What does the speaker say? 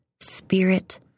spirit